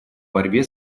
борьбе